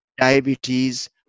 diabetes